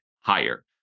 higher